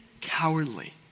cowardly